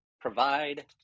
provide